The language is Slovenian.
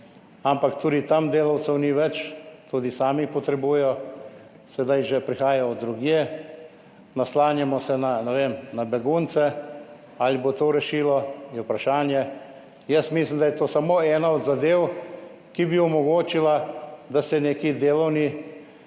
ampak tudi tam delavcev ni več. Tudi sami jih potrebujejo, sedaj že prihajajo od drugje, naslanjamo se, ne vem, na begunce. Ali bodo oni to rešili, je vprašanje. Jaz mislim, da je to samo ena od zadev, ki bi omogočila, da se neki delovni